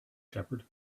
shepherd